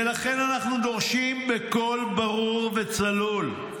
ולכן אנחנו דורשים בקול ברור וצלול: